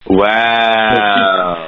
wow